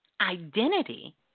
identity